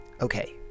Okay